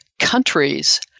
countries